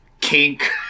kink